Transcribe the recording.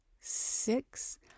six